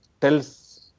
tells